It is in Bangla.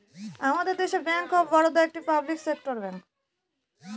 আমাদের দেশে ব্যাঙ্ক অফ বারোদা একটি পাবলিক সেক্টর ব্যাঙ্ক